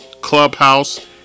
Clubhouse